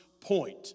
point